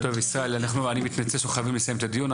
אני מתנצל שאנחנו חייבים לסיים את הדיון.